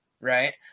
right